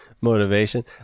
Motivation